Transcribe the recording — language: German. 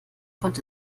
konnte